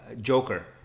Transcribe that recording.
Joker